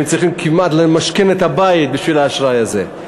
הם צריכים כמעט למשכן את הבית בשביל האשראי הזה.